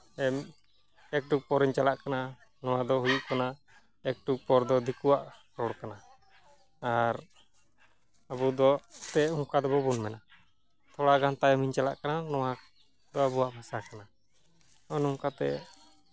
ᱮᱠᱴᱩ ᱯᱚᱨᱮᱧ ᱪᱟᱞᱟᱜ ᱠᱟᱱᱟ ᱱᱚᱣᱟ ᱫᱚ ᱦᱩᱭᱩᱜ ᱠᱟᱱᱟ ᱮᱴᱩ ᱯᱚᱨ ᱫᱚ ᱫᱤᱠᱩᱣᱟᱜ ᱨᱚᱲ ᱠᱟᱱᱟ ᱟᱨ ᱟᱵᱚ ᱫᱚ ᱮᱱᱛᱮᱜ ᱚᱱᱠᱟ ᱫᱚ ᱵᱟᱵᱚᱱ ᱢᱮᱱᱟ ᱛᱷᱚᱲᱟᱜᱟᱱ ᱛᱟᱭᱚᱢᱤᱧ ᱪᱟᱞᱟᱜ ᱠᱟᱱᱟ ᱱᱚᱣᱟ ᱟᱵᱚᱣᱟᱜ ᱵᱷᱟᱥᱟ ᱠᱟᱱᱟ ᱱᱚᱜᱼᱚᱭ ᱱᱚᱝᱠᱟᱛᱮ